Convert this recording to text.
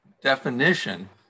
definition